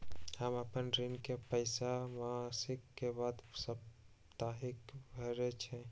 हम अपन ऋण के पइसा मासिक के बदले साप्ताहिके भरई छी